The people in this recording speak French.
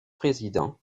président